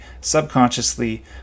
subconsciously